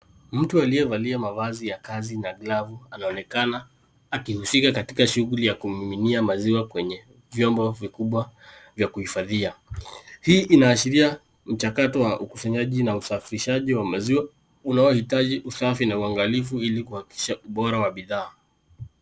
Mtu aliyevalia mavazi ya kazi na glavu anaonekana, akihusika katika shughuli ya kumiminia maziwa kwenye vyombo vikubwa vya kuhifadhia. Hii inaashiria mchakato wa ukusanyanji na usafishaji wa maziwa unaohitaji usafi na uangalifu ili kuhakikisha ubora wa bidhaa.